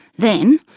then,